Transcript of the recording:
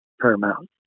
paramount